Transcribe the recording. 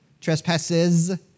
trespasses